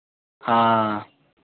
हाँ